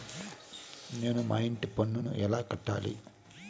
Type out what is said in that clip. నేను నా ఇంటి పన్నును ఎలా కట్టాలి?